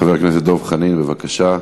חבר הכנסת דב חנין, בבקשה.